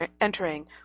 entering